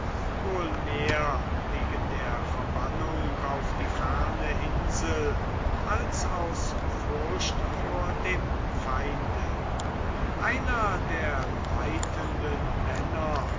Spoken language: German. wohl mehr wegen der verbannung auf die ferne insel als aus furcht vor dem feinde einer der leitenden männer